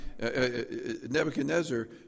Nebuchadnezzar